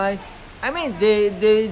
okay I mean